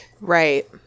Right